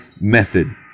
method